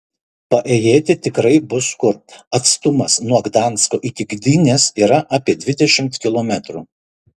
paėjėti tikrai bus kur atstumas nuo gdansko iki gdynės yra apie dvidešimt kilometrų